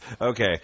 Okay